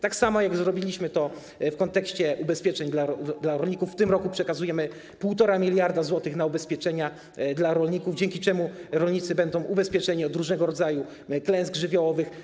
Tak samo jak zrobiliśmy to w kontekście ubezpieczeń dla rolników, w tym roku przekazujemy 1,5 mld zł na ubezpieczenia dla rolników, dzięki czemu rolnicy będą ubezpieczeni od różnego rodzaju klęsk żywiołowych.